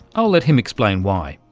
i'll let him explain why.